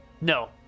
No